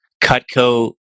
Cutco